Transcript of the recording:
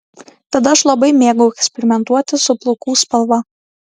tada aš labai mėgau eksperimentuoti su plaukų spalva